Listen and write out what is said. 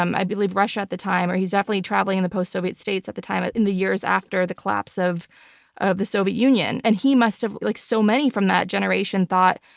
um i believe, russia at the time or he's definitely traveling in the post-soviet states at the time in the years after the collapse of of the soviet union. and he must have, like so many from that generation, thought,